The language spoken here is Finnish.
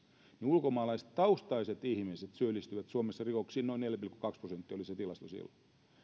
niin ulkomaalaistaustaiset ihmiset syyllistyvät suomessa rikoksiin sen tilaston mukaan noin neljä pilkku kaksi prosenttia